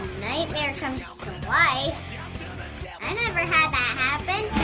nightmare comes to life? i never had that happen.